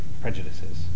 prejudices